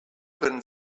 können